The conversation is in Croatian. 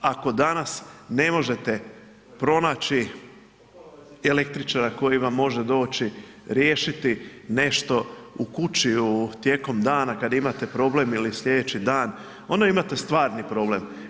Ako danas ne možete pronaći električara koji vam može doći riješiti nešto u kući, tijekom dana kad imate problem ili slijedeći dan, onda imate stvari problem.